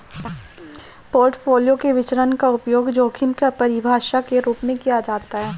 portfolio के विचरण का उपयोग जोखिम की परिभाषा के रूप में किया जाता है